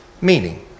meaning